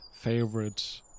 favorite